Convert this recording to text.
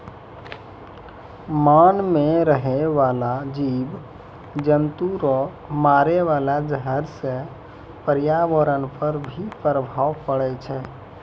मान मे रहै बाला जिव जन्तु रो मारे वाला जहर से प्रर्यावरण पर भी प्रभाव पड़ै छै